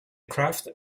craft